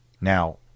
Now